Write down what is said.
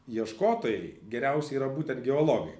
ieškotojai geriausi yra būtent geologai